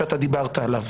שאתה דיברת עליו.